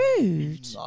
rude